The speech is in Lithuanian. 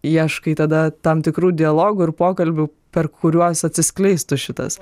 ieškai tada tam tikrų dialogų ir pokalbių per kuriuos atsiskleistų šitas